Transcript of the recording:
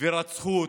ורצחו אותו.